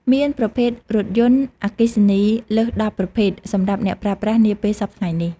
មានប្រភេទរថយន្តអគ្គិសនីលើស ១០ ប្រភេទសម្រាប់អ្នកប្រើប្រាស់នាពេលសព្វថ្ងៃនេះ។